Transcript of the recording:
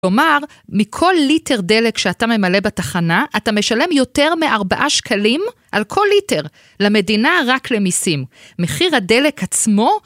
כלומר, מכל ליטר דלק שאתה ממלא בתחנה אתה משלם יותר מארבעה שקלים על כל ליטר למדינה, רק למיסים. מחיר הדלק עצמו...